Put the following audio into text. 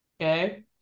Okay